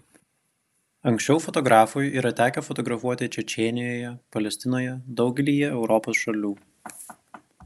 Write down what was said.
anksčiau fotografui yra tekę fotografuoti čečėnijoje palestinoje daugelyje europos šalių